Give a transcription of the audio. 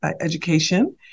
education